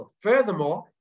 Furthermore